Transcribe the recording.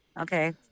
Okay